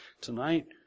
tonight